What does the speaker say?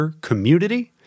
community